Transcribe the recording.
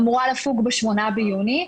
אמורה לפוג ב-8 ביוני.